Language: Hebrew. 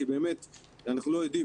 כי באמת אנחנו לא יודעים.